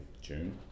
June